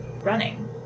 running